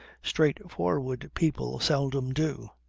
straightforward people seldom do.